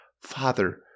Father